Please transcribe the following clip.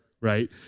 right